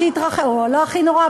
או לא הכי נורא,